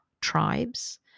tribes